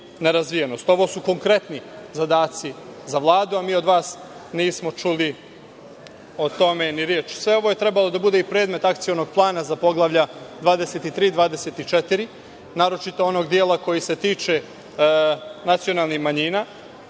Ovo su konkretni zadaci za Vladu, a mi od vas nismo čuli o tome ni reč. Sve ovo je trebalo da bude i predmet akcionog plana za poglavlja 23, 24, naročito onog dela koji se tiče nacionalnih manjina,